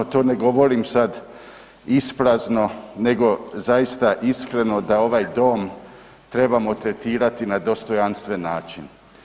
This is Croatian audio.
To ne govorim sad isprazno nego zaista iskreno da ovaj Dom trebamo tretirati na dostojanstven način.